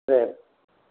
சரி